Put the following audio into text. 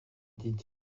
dit